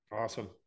Awesome